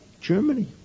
Germany